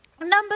Number